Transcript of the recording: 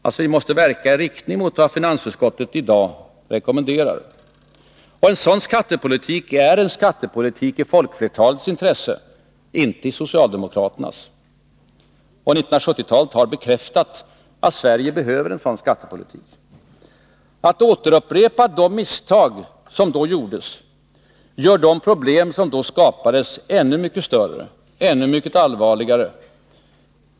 Vi måste alltså verka i riktning mot vad finansutskottet i dag rekommenderar. En sådan skattepolitik är en skattepolitik i folkflertalets intresse, inte i socialdemokraternas. 1970-talet har bekräftat att Sverige behöver en sådan skattepolitik. Att återupprepa de misstag som då gjordes gör de problem som då skapades ännu mycket större, ännu mycket allvarligare.